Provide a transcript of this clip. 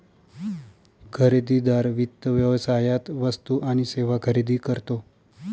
खरेदीदार वित्त व्यवसायात वस्तू आणि सेवा खरेदी करतो